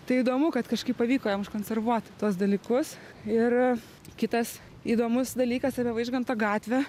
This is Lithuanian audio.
tai įdomu kad kažkaip pavyko jiem užkonservuoti tuos dalykus ir kitas įdomus dalykas apie vaižganto gatvę